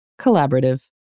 collaborative